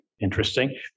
interesting